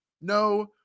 no